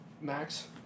Max